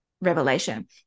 revelation